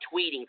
tweeting